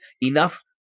enough